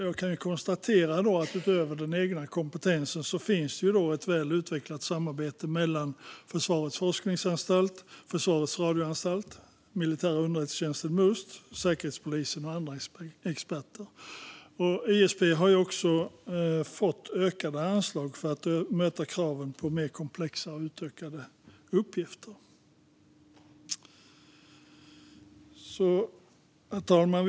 Jag kan konstatera att det utöver den egna kompetensen finns ett väl utvecklat samarbete med försvarets forskningsanstalt, Försvarets radioanstalt, den militära underrättelsetjänsten Must, Säkerhetspolisen och andra experter. ISP har också fått ökade anslag för att möta kraven på mer komplexa och utökade uppgifter. Herr talman!